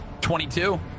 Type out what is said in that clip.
22